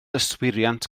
yswiriant